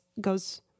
goes